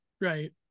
Right